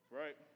right